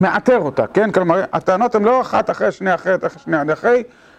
מאתר אותה, כן? כלומר, הטענות הן לא אחת אחרי שניה אחרת, אחרי שניה עד אחרי.